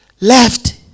left